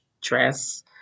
dress